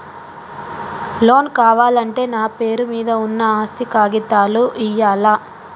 Loan కావాలంటే నా పేరు మీద ఉన్న ఆస్తి కాగితాలు ఇయ్యాలా?